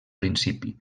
principi